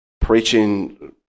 preaching